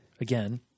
again